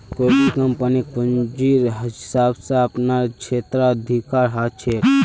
कोई भी कम्पनीक पूंजीर हिसाब स अपनार क्षेत्राधिकार ह छेक